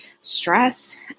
stress